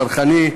צרכני,